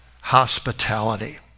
Hospitality